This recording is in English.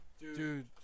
Dude